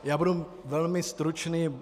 Já budu velmi stručný.